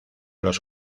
los